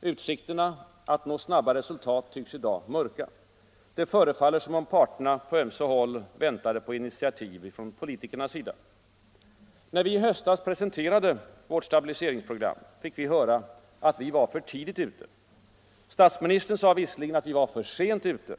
Utsikterna att nå snabba resultat tycks i dag mörka. Det förefaller som om parterna på ömse håll väntar på initiativ från politikernas sida. När vi i höstas presenterade vårt stabiliseringsprogram, fick vi höra att vi var ”för tidigt ute”. Statsministern sade visserligen att vi var ”för sent ute”.